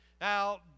Now